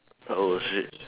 oh shit